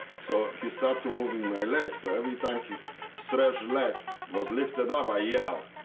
so he start to moving my legs. so every time he so stretch, legs was lifted up, i yell.